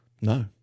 no